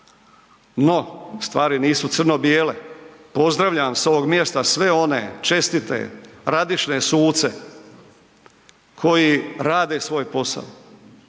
No, stvari nisu crno bijele, pozdravljam s ovog mjesta sve one čestite, radišne suce koji rade svoj posao.